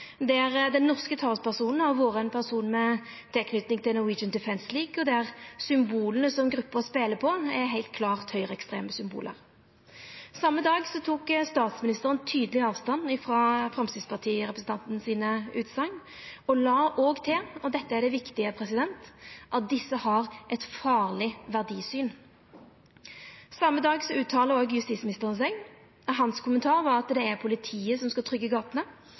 der den norske talspersonen har vore ein person med tilknyting til Norwegian Defence League, og der symbola som gruppa spelar på, heilt klart er høgreekstreme symbol. Same dagen tok statsministeren tydeleg avstand frå utsegnene til Framstegsparti-representanten. Ho la òg til – og dette er det viktige – at dei har eit farleg verdisyn. Same dagen uttalte òg justisministeren seg. Hans kommentar var at det er politiet som skal